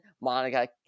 Monica